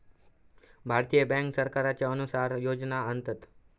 भारतीय बॅन्क सरकारच्या अनुसार योजना आणतत